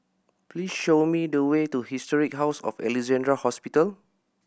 please show me the way to Historic House of Alexandra Hospital